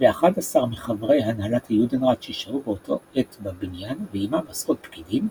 ו-11 מחברי הנהלת היודנראט ששהו אותה עת בבניין ועימם עשרות פקידים,